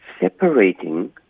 separating